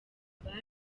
abana